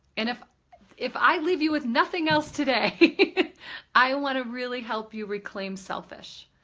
and if if i leave you with nothing else today i want to really help you reclaim selfish.